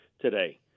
today